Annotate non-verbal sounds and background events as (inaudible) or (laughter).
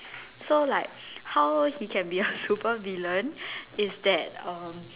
so like how he can be (laughs) a super villain is that um